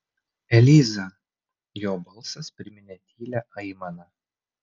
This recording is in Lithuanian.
eliza jo balsas priminė tylią aimaną